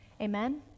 amen